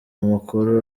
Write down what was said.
mukuru